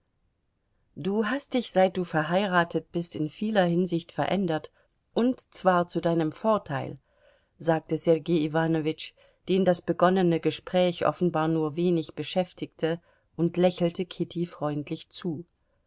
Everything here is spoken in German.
du hast dich seit du verheiratet bist in vieler hinsicht verändert und zwar zu deinem vorteil sagte sergei iwanowitsch den das begonnene gespräch offenbar nur wenig beschäftigte und lächelte kitty freundlich zu